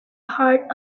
heart